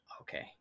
okay